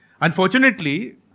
Unfortunately